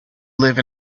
live